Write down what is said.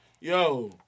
Yo